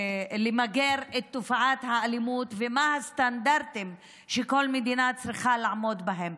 למגר את תופעת האלימות ומה הסטנדרטים שכל מדינה צריכה לעמוד בהם.